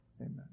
amen